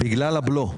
בגלל הבלו.